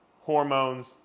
hormones